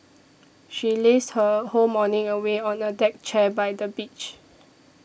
she lazed her whole morning away on a deck chair by the beach